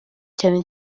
cyane